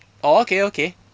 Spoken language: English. oh okay okay